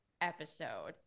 episode